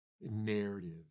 narrative